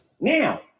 Now